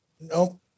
Nope